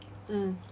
mm